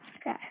Okay